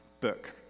book